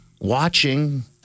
watching